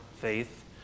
faith